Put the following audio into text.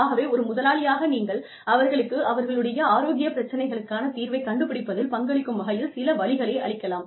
ஆகவே ஒரு முதலாளியாக நீங்கள் அவர்களுக்கு அவர்களுடைய ஆரோக்கியப் பிரச்சினைகளுக்கான தீர்வை கண்டுபிடிப்பதில் பங்களிக்கும் வகையில் சில வழிகளை அளிக்கலாம்